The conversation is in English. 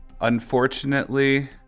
Unfortunately